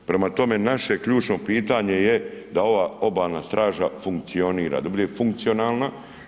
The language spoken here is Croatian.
Prema tome naše ključno pitanje je da ova obalna straža funkcionira, da bude funkcionalna.